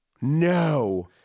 no